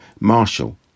Marshall